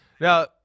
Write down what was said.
Now